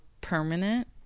permanent